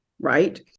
right